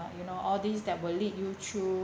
that you know all these that will lead you through